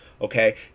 Okay